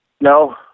No